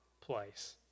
place